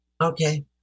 Okay